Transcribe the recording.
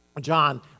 John